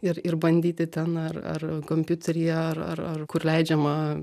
ir ir bandyti ten ar ar kompiuteryje ar ar ar kur leidžiama